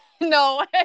no